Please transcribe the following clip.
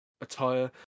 attire